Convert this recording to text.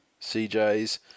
CJs